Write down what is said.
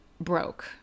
broke